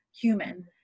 human